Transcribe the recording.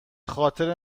خاطر